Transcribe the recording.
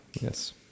yes